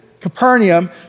Capernaum